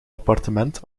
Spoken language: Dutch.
appartement